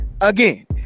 again